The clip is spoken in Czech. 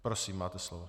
Prosím, máte slovo.